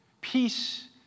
peace